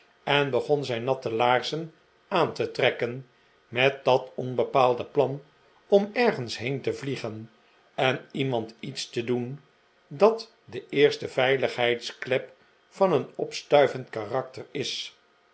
en begon zijn natte laarzen aan te trekken met dat onbepaalde plan om ergens heen te vliegen en iemand iets te doen dat de s eerste veiligheidsklep van een opstuivend karakter is